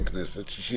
בשישי,